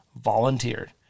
volunteered